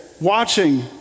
watching